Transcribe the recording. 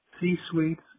C-suites